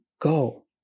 go